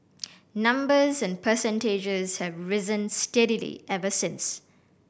numbers and percentages have risen steadily ever since